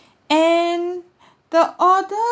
and the order